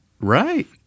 Right